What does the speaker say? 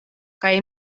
kaj